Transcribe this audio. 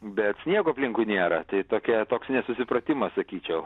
bet sniego aplinkui nėra tai tokia toks nesusipratimas sakyčiau